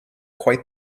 quite